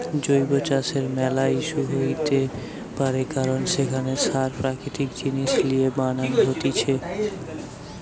জৈব চাষের ম্যালা ইস্যু হইতে পারে কারণ সেখানে সার প্রাকৃতিক জিনিস লিয়ে বানান হতিছে